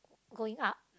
going up